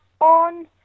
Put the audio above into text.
on